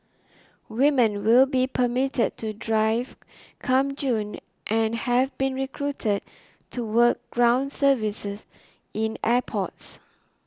women will be permitted to drive come June and have been recruited to work ground service in airports